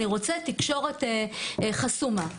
אני רוצה תקשורת חסומה.